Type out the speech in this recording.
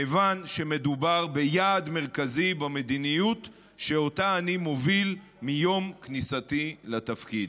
כיוון שמדובר ביעד מרכזי במדיניות שאותה אני מוביל מיום כניסתי לתפקיד.